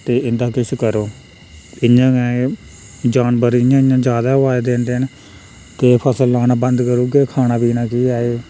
ते इं'दा किश करो इ'यां गै एह् जानवर इ'यां इ'यां ज्यादा होआ दा दिन दिन ते फसल लाना बंद करुगे खाना पीना केह् ऐ